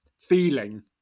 feeling